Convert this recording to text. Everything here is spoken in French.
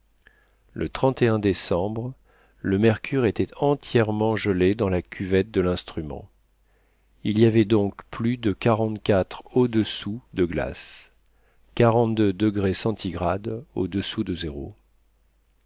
le décembre le mercure était entièrement gelé dans la cuvette de l'instrument il y avait donc plus de quarante-quatre au-dessous de glace